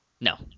No